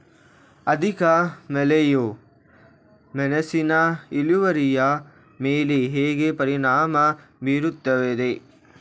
ಅಧಿಕ ಮಳೆಯು ಮೆಣಸಿನ ಇಳುವರಿಯ ಮೇಲೆ ಹೇಗೆ ಪರಿಣಾಮ ಬೀರುತ್ತದೆ?